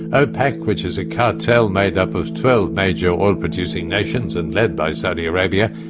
ah opec, which is a cartel made up of twelve major oil producing nations and led by saudi arabia,